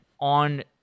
on